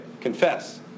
confess